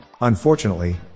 Unfortunately